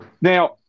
Now